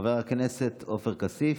חבר הכנסת עופר כסיף,